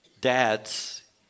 dads